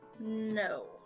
no